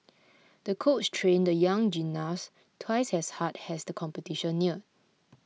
the coach trained the young gymnast twice as hard as the competition neared